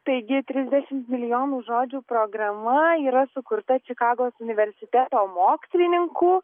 taigi trisdešim milijonų žodžių programa yra sukurta čikagos universiteto mokslininkų